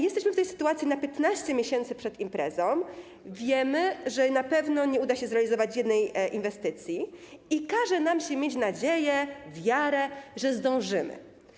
Jesteśmy w tej sytuacji na 15 miesięcy przed imprezą, wiemy, że na pewno nie uda się zrealizować jednej inwestycji, i każe nam się mieć nadzieję, wiarę, że zdążymy.